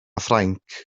ffrainc